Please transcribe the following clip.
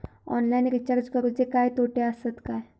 Online recharge करुचे काय तोटे आसत काय?